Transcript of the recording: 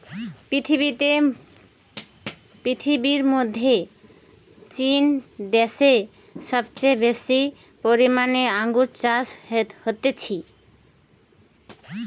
পৃথিবীর মধ্যে চীন দ্যাশে সবচেয়ে বেশি পরিমানে আঙ্গুর চাষ হতিছে